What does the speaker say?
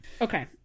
okay